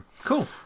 Cool